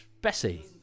Bessie